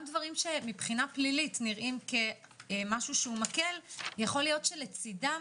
גם דברים שנראים מבחינה פלילית כמשהו מקל יכול להיות שלצדם